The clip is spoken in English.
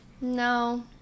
No